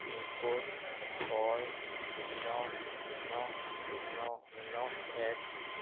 pincode ছয় শূন্য শূন্য শূন্য শূন্য এক